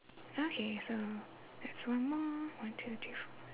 okay so that's one more one two three four